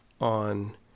on